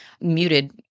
muted